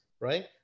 Right